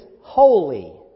holy